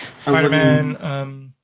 Spider-Man